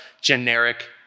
generic